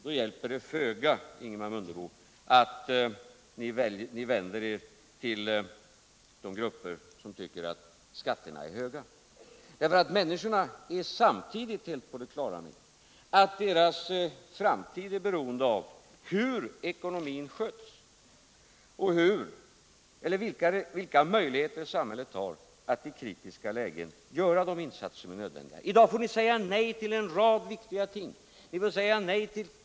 Då hjälper det föga, Ingemar Mundebo, att ni vänder er till de grupper som tycker att skatterna är höga, därför att människorna är samtidigt helt på det klara med att deras framtid är beroende av hur ekonomin sköts och vilka möjligheter samhället har att i kritiska lägen göra de insatser som är nödvändiga. I dag får ni säga nej till en rad viktiga ting, ni får säga nej t.